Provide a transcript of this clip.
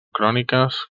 cròniques